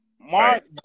Mark